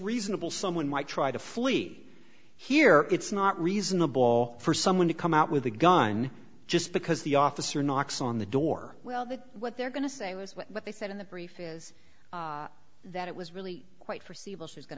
reasonable someone might try to flee here it's not reasonable for someone to come out with a gun just because the officer knocks on the door well that's what they're going to say was what they said in the brief is that it was really quite forseeable she's going